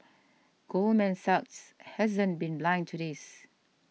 Goldman Sachs hasn't been blind to this